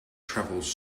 travels